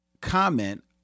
comment